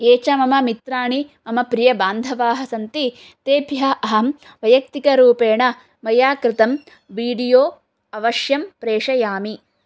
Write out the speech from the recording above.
ये च मम मित्राणि मम प्रियबान्धवाः सन्ति तेभ्यः अहं वैयक्तिकरूपेण मया कृतं विडियो अवश्यं प्रेषयामि